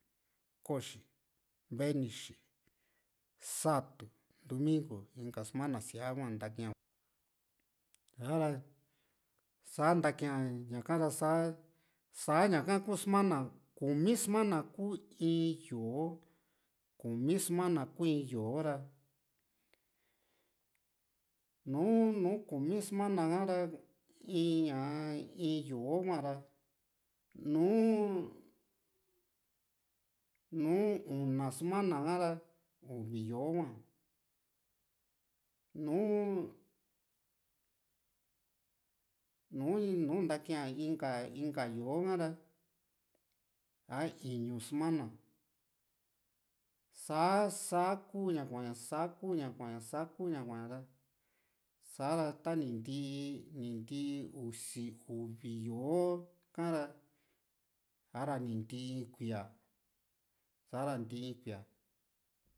koxi, venixi, satu, ndumingu inka sumana siaa hua ntakia sa´ra saa ntakia ña´ka saa saa ñaka ku sumana kumi sumana kuu in yó´o kumi sumana kuu in yó´ra nùù nu Kimi sumana ha´ra in ña in yó´o huara nuu nuu una sumana ha´ra uvi yo´o hua nùù nu ni ntakii a inka inka yó´o ha´ra sa iñu sumana sa´a sa kuu ña kua´ña sa kuu ña kua´ña ra sa´ra tani ntii nti usi uvi yó´o ka´ra sa´ra ni ntii kuía sa´ra ni ntii kuíaa